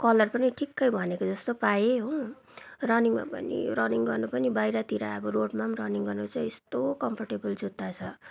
colour पनि ठिकै भनेको जस्तो पाए हो रनिङमा पनि रनिङ गर्नु पनि बाहिरतिर अब रोडमाम रनिङ गर्नु चाहिँ यस्तो कम्फर्टेबल जुत्ता छ